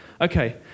Okay